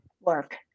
work